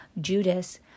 Judas